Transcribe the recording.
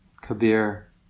Kabir